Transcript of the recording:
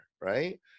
right